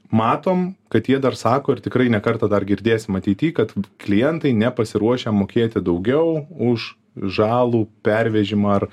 matom kad jie dar sako ir tikrai ne kartą dar girdėsim ateity kad klientai nepasiruošę mokėti daugiau už žalų pervežimą ar